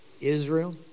Israel